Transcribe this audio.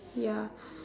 ya